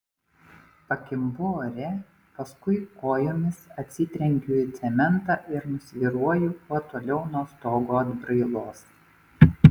pakimbu ore paskui kojomis atsitrenkiu į cementą ir nusvyruoju kuo toliau nuo stogo atbrailos